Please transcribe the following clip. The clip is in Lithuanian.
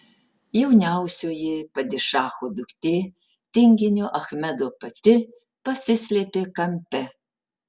jauniausioji padišacho duktė tinginio achmedo pati pasislėpė kampe